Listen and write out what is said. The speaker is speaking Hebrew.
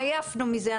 עייפנו מזה,